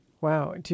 Wow